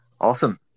Awesome